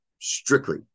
strictly